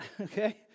okay